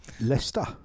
leicester